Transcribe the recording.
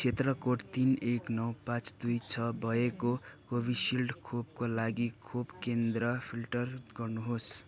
क्षेत्र कोड तिन एक नौ पाँच दुई छ भएको कोभिसिल्ड खोपका लागि खोप केन्द्र फिल्टर गर्नुहोस्